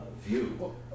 view